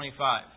25